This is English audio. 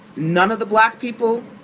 none of the black people